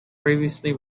previously